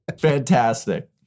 Fantastic